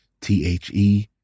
T-H-E